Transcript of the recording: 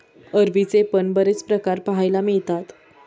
अरवीचे पण बरेच प्रकार पाहायला मिळतात